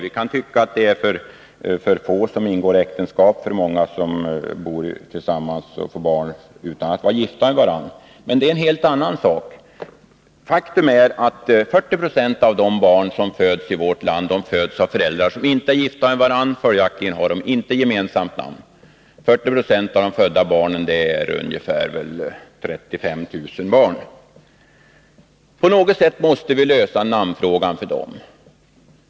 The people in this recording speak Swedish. Vi kan tycka att det är för få som ingår äktenskap, för många som bor tillsammans och får barn utan att vara gifta med varandra. Men det är en helt annan sak. Faktum är att ca 40 96 av de barn som föds i vårt land föds av föräldrar som inte är gifta och följaktligen inte har gemensamt namn. 40 96 av antalet födda barn är ungefär 35 000 barn per år. På något sätt måste vi lösa namnfrågan för dem.